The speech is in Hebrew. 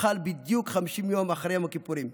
חל בדיוק 50 יום אחרי יום הכיפורים,